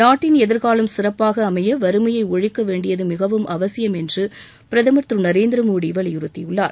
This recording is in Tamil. நாட்டின் எதிர்காலம் சிறப்பாக அமைய வறுமையை ஒழிக்க வேண்டியது மிகவும் அவசியம் என்று பிரதமர் திரு நரேந்திரமோடி வலியுறுத்தியுள்ளார்